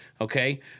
Okay